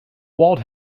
walt